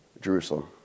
Jerusalem